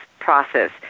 process